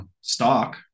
stock